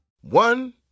One